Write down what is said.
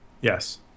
yes